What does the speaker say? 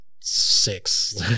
six